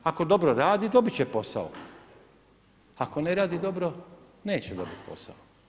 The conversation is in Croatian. Ako dobro radi, dobiti će posao, ako ne radi dobro neće dobiti posao.